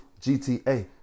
GTA